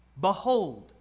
Behold